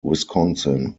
wisconsin